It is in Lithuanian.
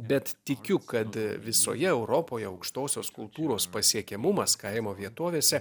bet tikiu kad visoje europoje aukštosios kultūros pasiekiamumas kaimo vietovėse